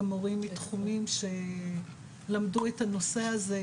גם מורים מתחומים שלמדו את הנושא הזה,